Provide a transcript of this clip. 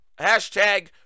hashtag